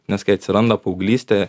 nes kai atsiranda paauglystė